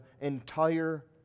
entire